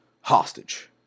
hostage